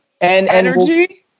energy